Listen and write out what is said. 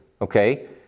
okay